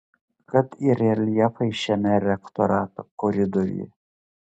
kad ir reljefai šiame rektorato koridoriuje